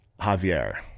Javier